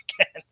again